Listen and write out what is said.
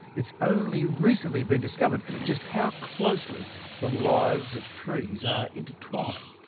it's only recently been discovered just how closely the lives of trees are intertwined.